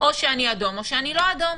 או שאני אדום או שאני לא אדום.